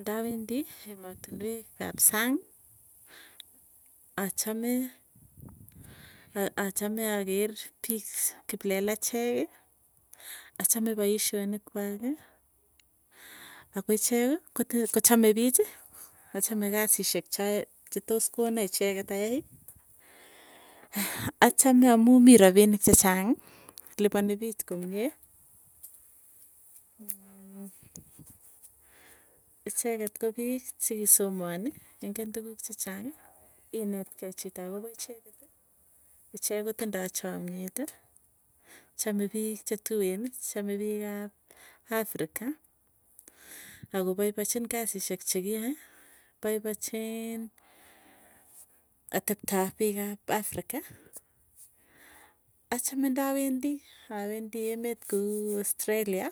Ndawendi emotinwek ap sang, achame achame aker piik kiplelacheki, achame poisyonik kwaki ako ichekii, kote kochame piichi. Achame kasisiek che tos kona icheket ayai, achame amuu mii rapinik chechang lipani piich komie, icheket ko piik chekisomaani ingen tukuuk chechang'ii. Inetkee chito akopa icheketi ichek kotindo, chamyeti chame piik chetueni chame piikap africa akopaipachin kasisyek chekiyoe, poipachiin, ateptop piik ap africa. Achame ndawendi awendi emet kou australia